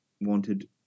wanted